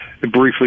briefly